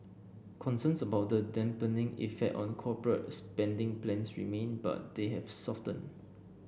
concerns about the dampening effect on corporate spending plans remain but they have softened